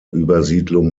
übersiedlung